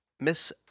Miss